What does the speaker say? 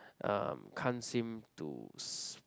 um can't seem to